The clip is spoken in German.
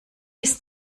ist